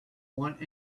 want